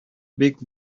бик